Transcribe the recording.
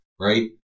right